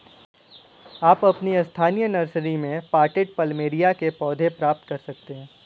आप अपनी स्थानीय नर्सरी में पॉटेड प्लमेरिया के पौधे प्राप्त कर सकते है